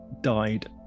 died